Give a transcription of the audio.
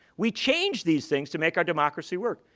we changed these things to make our democracy work.